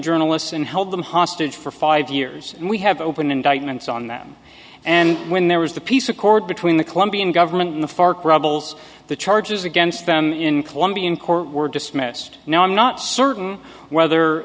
journalists and held them hostage for five years and we have open indictments on them and when there was the peace accord between the colombian government and the fark rebels the charges against them in colombian court were dismissed now i'm not certain whether